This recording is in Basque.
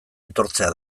aitortzea